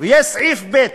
ויהיה סעיף ב,